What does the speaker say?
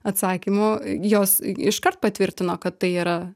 atsakymo jos iškart patvirtino kad tai yra